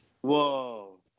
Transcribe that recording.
whoa